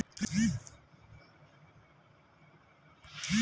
हरियर खाद से मट्टी में ढेर सब पोषक तत्व आउ कार्बनिक पदार्थ मिल जा हई